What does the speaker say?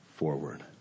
forward